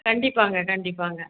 கண்டிப்பாங்க கண்டிப்பாங்க